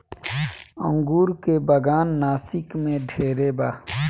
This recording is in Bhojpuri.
अंगूर के बागान नासिक में ढेरे बा